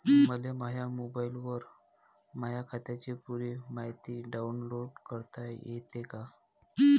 मले माह्या मोबाईलवर माह्या खात्याची पुरी मायती डाऊनलोड करता येते का?